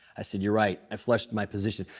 i said, you're right. i flushed my position.